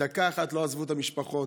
דקה אחת הם לא עזבו את המשפחות,